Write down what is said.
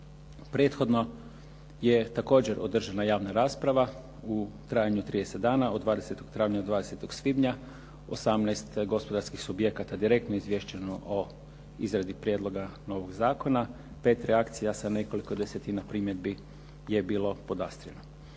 Prethodno je također održana javna rasprava u trajanju od 30 dana, od 20. travnja do 20. svibnja, 18 gospodarskih subjekata direktno izvješćeno o izradi prijedloga novog zakona, 5 reakcija sa nekoliko desetina primjedbi je bilo podastreno.